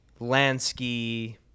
Lansky